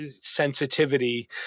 sensitivity